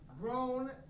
Grown